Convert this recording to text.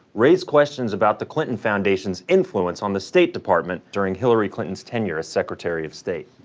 raise questions about the clinton foundation's influence on the state department, during hillary clinton's tenure as secretary of state.